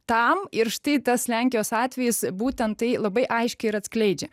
tam ir štai tas lenkijos atvejis būtent tai labai aiškiai ir atskleidžia